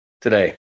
today